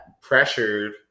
Pressured